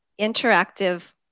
interactive